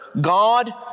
God